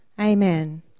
Amen